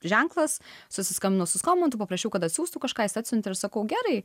ženklas susiskambinau su skomantu paprašiau kad atsiųstų kažką jis atsiuntė ir sakau gerai